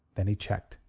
then he checked.